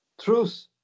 truth